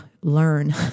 learn